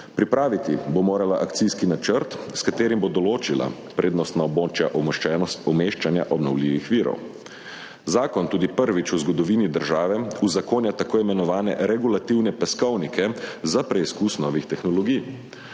Pripraviti bo morala akcijski načrt, s katerim bo določila prednostna območja umeščanja obnovljivih virov. Zakon tudi prvič v zgodovini države uzakonja tako imenovane regulativne peskovnike za preizkus novih tehnologij.